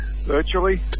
virtually